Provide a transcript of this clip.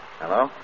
Hello